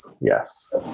Yes